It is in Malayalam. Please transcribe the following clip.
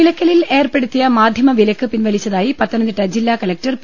നിലയ്ക്കലിൽ ഏർപ്പെടുത്തിയ മാധ്യമ വിലക്ക് പിൻവ ലിച്ചതായി പത്തനംതിട്ട ജില്ലാ കലക്ടർ പി